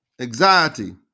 anxiety